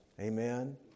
Amen